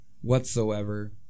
whatsoever